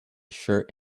shirt